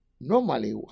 normally